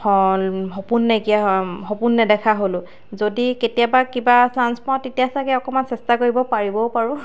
সপোন নাইকিয়া হয় সপোন নেদেখা হ'লো যদি কেতিয়াবা কিবা চান্স পাওঁ তেতিয়া চাগৈ অকণমান চেষ্টা কৰিব পাৰিবও পাৰোঁ